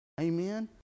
Amen